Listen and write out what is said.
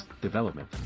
development